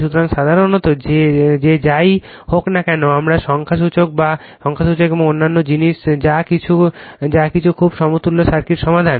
সুতরাং সাধারণত যে যাই হোক না কেন আমরা সংখ্যাসূচক এবং অন্যান্য জিনিস যা কিন্তু খুব সমতুল্য সার্কিট সমাধান